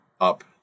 up